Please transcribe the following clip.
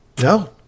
no